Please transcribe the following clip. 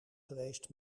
geweest